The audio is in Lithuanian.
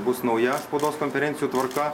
bus nauja spaudos konferencijų tvarka